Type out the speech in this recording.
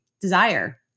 desire